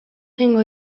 egingo